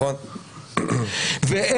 מה